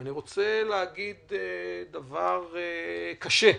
אני רוצה להגיד דבר קשה,